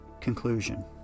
Conclusion